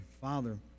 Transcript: Father